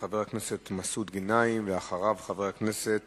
חבר הכנסת מסעוד גנאים, ואחריו, חבר הכנסת